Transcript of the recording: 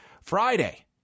Friday